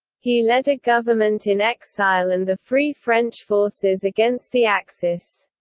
he led a government in exile and the free french forces against the axis.